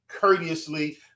courteously